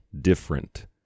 different